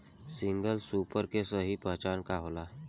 Single super के सही पहचान का होला?